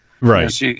Right